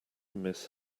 miss